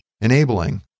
enabling